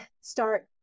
start